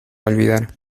olvidar